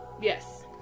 Yes